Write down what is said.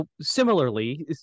similarly